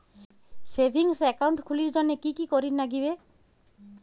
Savings account খুলির জন্যে কি কি করির নাগিবে?